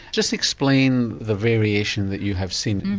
just explain the variation that you have seen.